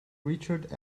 richard